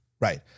right